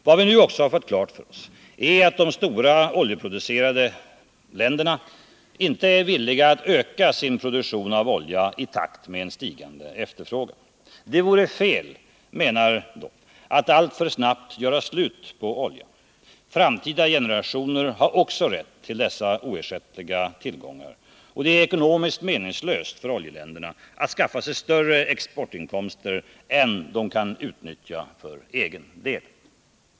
Vad vi nu också har fått klart för oss är att de stora oljeproducerande länderna inte är villiga att öka sin produktion av olja i takt med en stigande efterfrågan. Det vore fel, menar de, att alltför snabbt göra slut på oljan. Framtida generationer har också rätt till dessa oersättliga tillgångar, och det är ekonomiskt meningslöst för oljeländerna att skaffa sig större exportinkomster än de kan utnyttja för egen del.